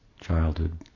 childhood